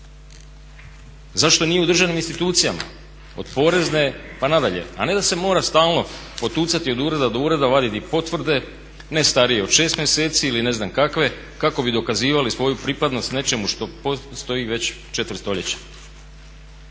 Zašto nije u državnim institucijama od porezne pa nadalje a ne da se mora stalno potucati od ureda do ureda, vaditi potvrde ne starije od 6 mjeseci ili ne znam kakve kako bi dokazivali svoju pripadnost nečemu što postoji već 4 stoljeća.